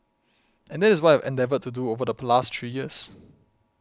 and that is what I've endeavoured to do over the last three years